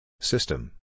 System